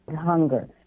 hunger